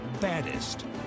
baddest